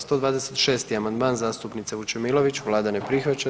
126. amandman zastupnice Vučemilović, vlada ne prihvaća.